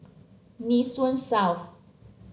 Nee Soon South